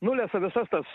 nulesa visas tas